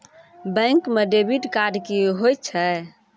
Bank म debit card की होय छै?